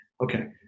Okay